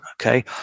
Okay